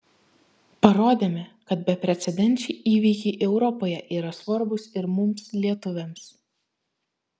parodėme kad beprecedenčiai įvykiai europoje yra svarbūs ir mums lietuviams